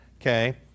Okay